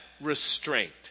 restraint